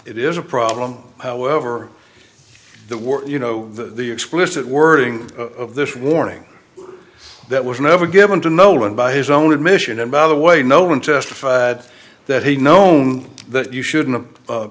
it is a problem however that we're you know the explicit wording of this warning that was never given to no one by his own admission and by the way no one testified that he known that you shouldn't